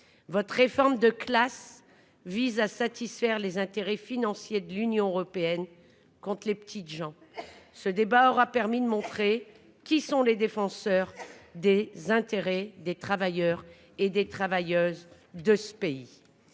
Votre réforme de classe vise à satisfaire les intérêts financiers de l'Union européenne contre les petites gens. Ce débat aura permis de montrer qui sont les défenseurs des intérêts des travailleurs de ce pays.